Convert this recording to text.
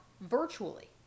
virtually